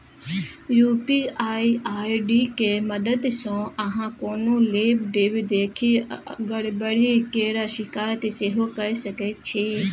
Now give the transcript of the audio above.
UPI ID के मददसँ अहाँ कोनो लेब देब देखि गरबरी केर शिकायत सेहो कए सकै छी